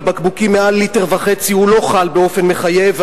על בקבוקים מעל ליטר וחצי הוא לא חל באופן מחייב,